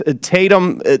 Tatum